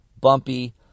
bumpy